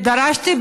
דרשתי,